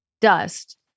dust